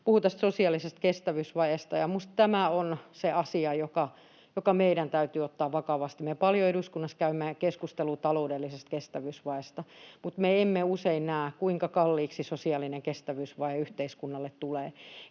puhui tästä sosiaalisesta kestävyysvajeesta, ja minusta tämä on se asia, joka meidän täytyy ottaa vakavasti. Me käymme eduskunnassa paljon keskustelua taloudellisesta kestävyysvajeesta, mutta me emme usein näe, kuinka kalliiksi sosiaalinen kestävyysvaje yhteiskunnalle tulee.